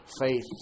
faith